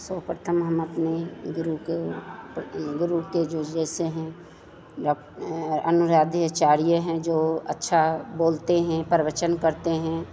तो पटना में हम अपने गुरु को गुरु के जो बोलते हैं जब एँ अनुरागीयचार्य हैं जो अच्छा बोलते हैं प्रवचन करते हैं